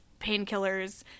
painkillers